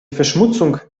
verschmutzung